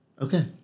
Okay